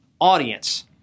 audience